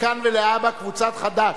מכאן ולהבא קבוצת סיעת חד"ש,